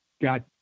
got